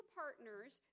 partners